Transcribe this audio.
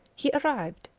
he arrived,